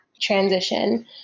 transition